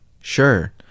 Sure